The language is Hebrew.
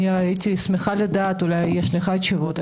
הייתי שמחה לדעת אולי לך יש תשובות,